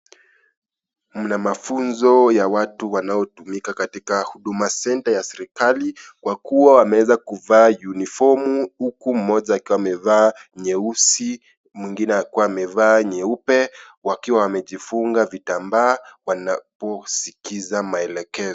Mna mafunzo ya watu wanaotumika katika huduma senta ya serikali kwa kuwa wameweza kuvaa unifomu huku mmoja akiwa amevaa nyeusi mwingine akiwa amevaa nyeupe wakiwa wamejifunga vitambaa wanaposikiza maelekezo.